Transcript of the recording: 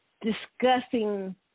discussing